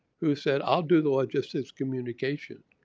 who said i'll do the logistics communication.